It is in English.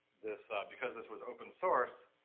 this, because this was open-source,